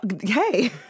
hey